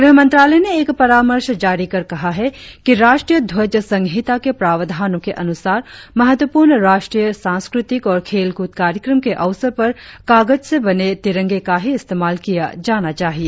गृह मंत्रालय ने एक परामर्श जारी कर कहा है कि राष्ट्रीय ध्वज संहिता के प्रावधानों के अनुसार महत्वपूर्ण राष्ट्रीय सांस्कृतिक और खेलक्रद कार्यक्रम के अवसर पर कागज से बने तिरंगे का ही इस्तेमाल किया जाना चाहिए